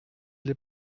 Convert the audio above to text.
les